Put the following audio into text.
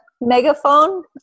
megaphone